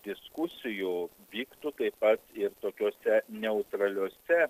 diskusijų vyktų taip pat ir tokiose neutraliose